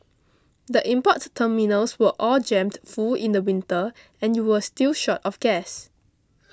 the import terminals were all jammed full in the winter and you were still short of gas